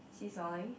is he smiling